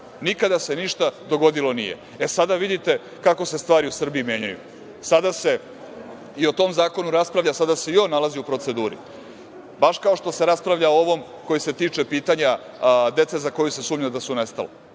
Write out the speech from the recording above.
nikada se ništa dogodilo nije. Sada vidite kako se stvari u Srbiji menjaju. Sada se i o tome zakonu raspravlja, sada se i on nalazi u proceduri, baš kao što se raspravlja o ovom koji se tiče pitanja dece za koju se sumnja da su nestala.